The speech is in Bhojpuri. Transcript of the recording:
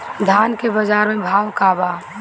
धान के बजार में भाव का बा